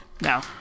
No